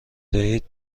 دهید